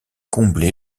comblé